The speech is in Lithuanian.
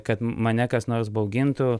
kad mane kas nors baugintų